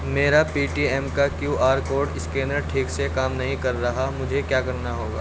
میرا Paytm کا Q R code scanner ٹھیک سے کام نہیں کر رہا مجھے کیا کرنا ہوگا